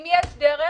אם יש דרך